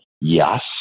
Yes